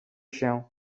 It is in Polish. się